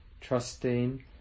trusting